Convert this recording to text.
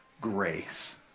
grace